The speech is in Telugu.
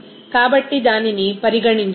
కాబట్టి దానిని పరిగణించాలి